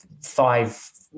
five